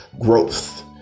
growth